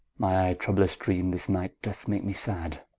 my troublous dreames this night, doth make me sad